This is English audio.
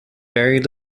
very